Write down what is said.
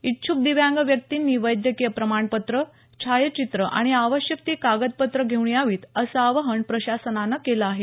इच्छूक दिव्यांग व्यक्तींनी वैद्यकीय प्रमाणपत्र छायाचित्र आणि आवश्यक ती कागदपत्रं घेऊन यावीत असं आवाहन प्रशासनानं केलं आहे